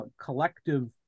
collective